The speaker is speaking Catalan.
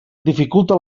dificulte